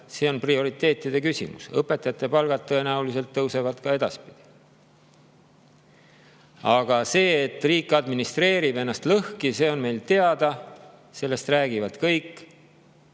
See on prioriteetide küsimus. Õpetajate palgad tõenäoliselt tõusevad ka edaspidi. Aga see, et riik administreerib ennast lõhki, on meile teada, sellest räägivad kõik.